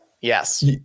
Yes